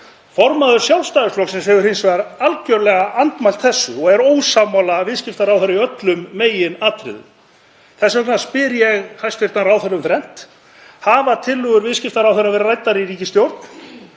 Formaður Sjálfstæðisflokksins hefur hins vegar algerlega andmælt þessu og er ósammála viðskiptaráðherra í öllum meginatriðum. Þess vegna spyr ég hæstv. ráðherra um þrennt: Hafa tillögur viðskiptaráðherra verið ræddar í ríkisstjórn?